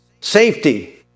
safety